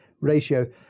ratio